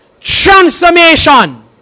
transformation